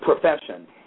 profession